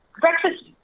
breakfast